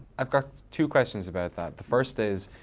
i've got two questions about that. the first is,